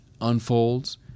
unfolds